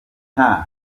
nta